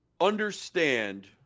understand